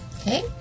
Okay